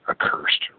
accursed